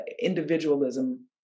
individualism